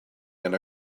and